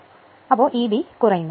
അതിനാൽ Eb കുറയുന്നു